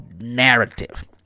narrative